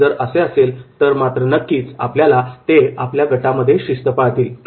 आणि जर असे असेल तर मात्र नक्कीच त्यावेळी ते आपल्या गटामध्ये शिस्त पाळतील